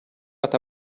but